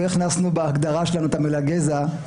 לא הכנסנו בהגדרה שלנו את המילה "גזע",